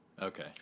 Okay